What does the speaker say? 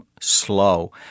slow